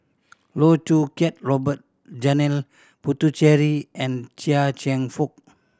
Loh Choo Kiat Robert Janil Puthucheary and Chia Cheong Fook